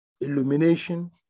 illumination